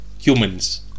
Humans